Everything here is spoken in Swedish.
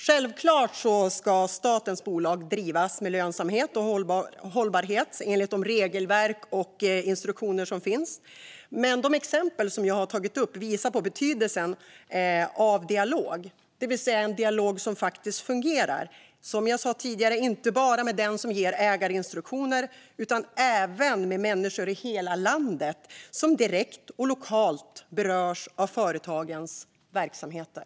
Statens bolag ska självfallet drivas med lönsamhet och hållbarhet, enligt de regelverk och instruktioner som finns, men de exempel som jag har tagit upp visar på betydelsen av dialog, det vill säga en dialog som fungerar. Som jag sa tidigare ska det inte bara vara med den som ger ägarinstruktioner utan även med människor i hela landet som direkt och lokalt berörs av företagens verksamheter.